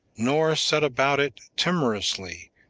nor set about it timorously,